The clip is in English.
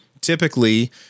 Typically